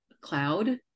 cloud